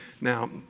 Now